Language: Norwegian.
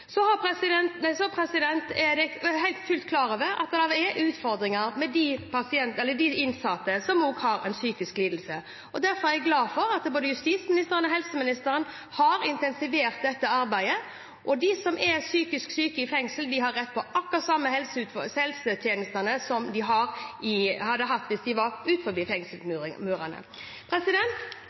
Så er jeg fullt klar over at det er utfordringer med innsatte som også har en psykisk lidelse. Derfor er jeg glad for at både justisministeren og helseministeren har intensivert dette arbeidet. Psykisk syke i fengsel har rett på akkurat de samme helsetjenestene som de hadde hatt hvis de var